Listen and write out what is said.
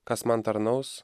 kas man tarnaus